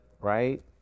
right